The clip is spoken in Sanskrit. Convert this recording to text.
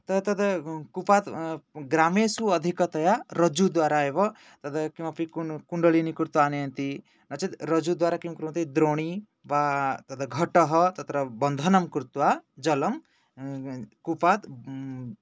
त तद् कूपात् ग्रामेषु अधिकतया रज्जुद्वारा एव तद् किमपि कुणु कुण्डलिनि कृत्वा आनयन्ति रज्जुद्वारा किं कुर्वन्ति द्रोणी वा तद् घट्टः तत्र बन्धनं कृत्वा जलं कूपात्